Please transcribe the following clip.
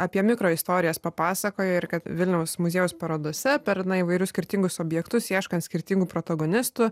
apie mikro istorijas papasakojo ir kad vilniaus muziejaus parodose per įvairius skirtingus objektus ieškant skirtingų protagonistų